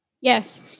Yes